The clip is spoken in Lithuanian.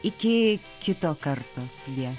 iki kito karto sudie